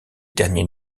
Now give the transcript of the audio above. derniers